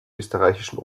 österreichischen